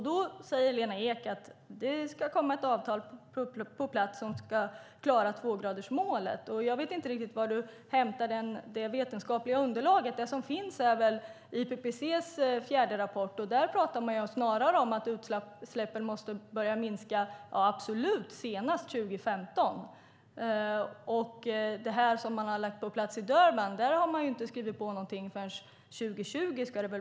Då säger Lena Ek att det ska komma ett avtal på plats som klarar tvågradersmålet. Jag vet inte riktigt varifrån hon hämtar det vetenskapliga underlaget. Det som finns är IPPC:s fjärde rapport, och där talas det snarare om att utsläppen måste börja minska absolut senast 2015. Det som man skrev på i Durban innebär att det ska börja gälla först 2020.